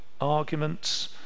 arguments